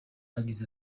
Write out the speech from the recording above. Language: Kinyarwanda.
yagize